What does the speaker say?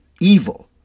evil